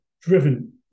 driven